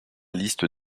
liste